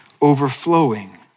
overflowing